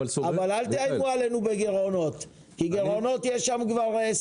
אבל אל תאיימו עלינו בגירעונות כי גירעונות יש שם כבר 20 שנה.